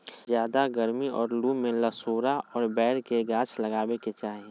ज्यादे गरमी और लू में लसोड़ा और बैर के गाछ लगावे के चाही